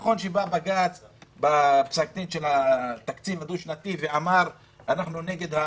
נכון שבא בג"ץ בתקציב הדו-שנתי ואמר: אנחנו נגד.